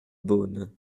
beaune